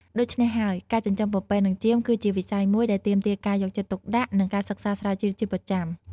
ដូច្នេះហើយ ការចិញ្ចឹមពពែនិងចៀមគឺជាវិស័យមួយដែលទាមទារការយកចិត្តទុកដាក់និងការសិក្សាស្រាវជ្រាវជាប្រចាំ។